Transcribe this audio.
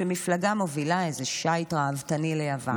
כשמפלגה מובילה איזה שיט ראוותני ליוון בתקופה,